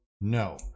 No